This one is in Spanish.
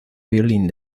violín